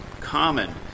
common